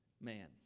man